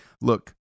Look